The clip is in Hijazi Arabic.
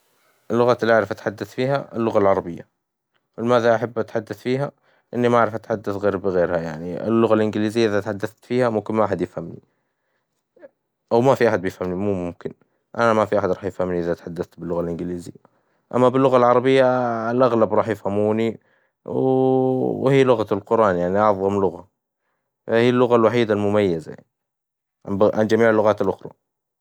لغة الأعرف أتحدث فيها اللغة العربية، ولماذا أحب أتحدث فيها؟ لإني ما أعرف أتحدث غير بغيرها يعني، اللغة الإنجليزية إذا تحدثت فيها ممكن ما أحد يفهمني، أو ما في أحد بيفهمني مو ممكن أنا ما في أحد راح يفهمني إذا اتحدثت باللغة الإنجليزية، أما باللغة العربية الأغلب راح يفهموني وهي لغة القرآن يعني أعظم لغة، هاي اللغة الوحيدة المميزة، عن ب- عن جميع اللغات الأخرى.